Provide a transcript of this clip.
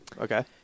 Okay